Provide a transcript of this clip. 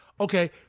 okay